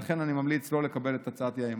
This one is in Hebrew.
לכן אני ממליץ לא לקבל את הצעת האי-אמון.